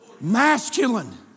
Masculine